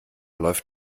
läuft